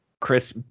Chris